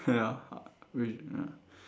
ya uh we ya